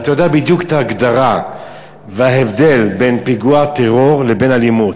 יודע בדיוק את ההגדרה וההבדל בין פיגוע טרור לבין אלימות.